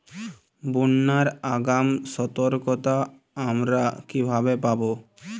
বন্যার আগাম সতর্কতা আমরা কিভাবে পাবো?